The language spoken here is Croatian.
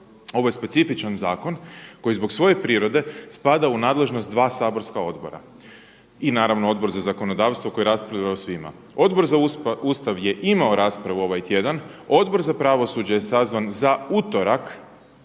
ovo je specifičan zakon koji zbog svoje prirode spada u nadležnost dva saborska odbora i naravno Odbor za zakonodavstvo koje raspravlja o svima. Odbor za Ustav je imao raspravu ovaj tjedan, Odbor za pravosuđe je sazvan za utorak